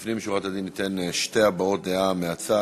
לפנים משורת הדין ניתן שתי הבעות דעה מהצד,